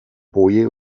boje